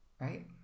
right